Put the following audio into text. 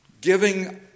giving